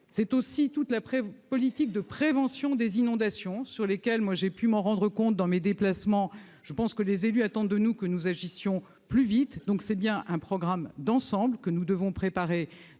C'est aussi toute la politique de prévention des inondations qui est en cause. J'ai pu m'en rendre compte dans mes déplacements, les élus attendent de nous que nous agissions plus vite en la matière. C'est donc bien un programme d'ensemble que nous devons préparer